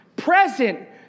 Present